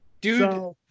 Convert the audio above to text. Dude